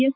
S